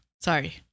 Sorry